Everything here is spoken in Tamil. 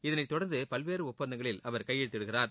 இதனை தொடர்ந்து பல்வேறு ஒப்பந்தங்களில் அவர் கையெழுத்திடுகிறார்